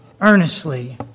earnestly